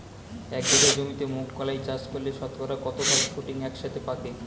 এক বিঘা জমিতে মুঘ কলাই চাষ করলে শতকরা কত ভাগ শুটিং একসাথে পাকে?